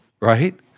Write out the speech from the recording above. right